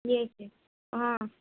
جی اچھے ہاں